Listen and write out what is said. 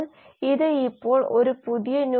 നമ്മൾ അത് എങ്ങനെ ചെയ്യും